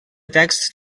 texts